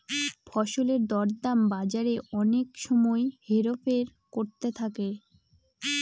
ফসলের দর দাম বাজারে অনেক সময় হেরফের করতে থাকে